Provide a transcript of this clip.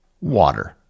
Water